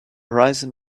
horizon